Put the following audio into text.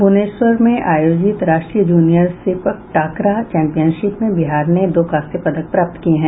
भुवनेश्वर में आयोजित राष्ट्रीय जूनियर सेपक टाकरा चैंपियनशिप में बिहार ने दो कांस्य पदक प्राप्त किये हैं